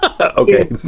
Okay